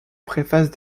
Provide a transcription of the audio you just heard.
préface